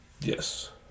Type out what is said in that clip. Yes